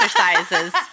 exercises